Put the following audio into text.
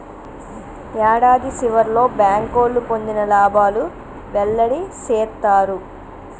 యాడాది సివర్లో బ్యాంకోళ్లు పొందిన లాబాలు వెల్లడి సేత్తారు